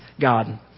god